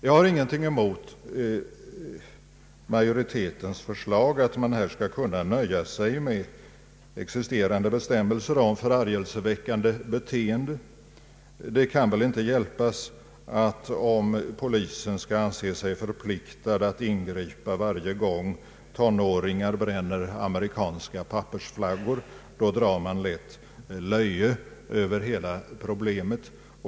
Jag har ingenting emot majoritetens förslag att man här skall kunna nöja sig med existerande bestämmelser om förargelseväckande beteende. Det kan väl inte hjälpas att om polisen skall anse sig förpliktad att ingripa varje gång tonåringar bränner amerikanska pappersflaggor så drar man lätt ett löje över hela problemet.